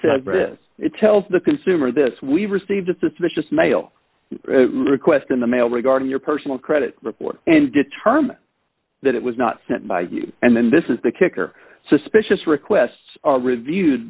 says it tells the consumer this we've received a suspicious mail request in the mail regarding your personal credit report and determine that it was not sent by and then this is the kicker suspicious requests are review